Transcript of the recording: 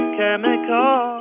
chemical